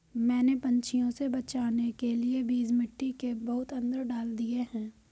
मैंने पंछियों से बचाने के लिए बीज मिट्टी के बहुत अंदर डाल दिए हैं